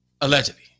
allegedly